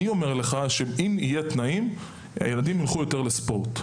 אומר לך שאם יהיו תנאים הילדים ילכו יותר לספורט.